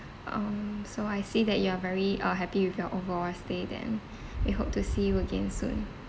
um so I see that you are very uh happy with your overall stay then we hope to see you again soon